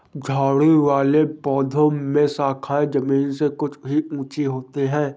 झाड़ी वाले पौधों में शाखाएँ जमीन से कुछ ही ऊँची होती है